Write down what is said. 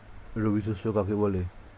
রবি শস্য কাকে বলে?